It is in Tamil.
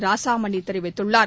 ராசாமணி தெரிவித்துள்ளார்